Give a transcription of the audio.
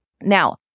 Now